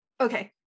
Okay